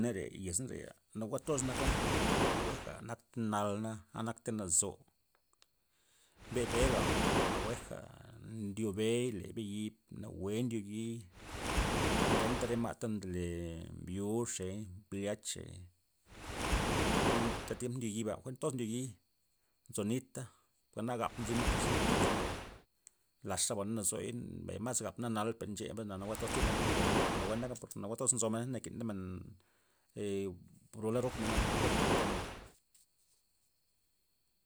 Treya yez nareya nawue toz naka, nawueja nak nal na nakta nazu be, be'ba nawueja ndyo bey le be yi' nawue ndyo yi'i, na ngenta re ma' ndole mbiuxey, mbliachey, en tiemp ndo yiba jwi'a jwi'n toz ndyo yi'i nzo nita per na gap nzina pues yek yi' nzina re, laxa'y nazuy mbay mas gap na nal ncheya nawue toztir ndyena nawue pues nawue toz nzomena na nakin re men ee bro lar gokmena nawueja nketemen.